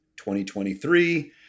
2023